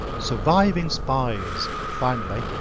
surviving spies, finally,